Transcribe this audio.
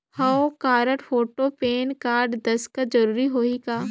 हव card, photo, PAN card, दस्खत जरूरी होही का?